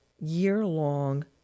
year-long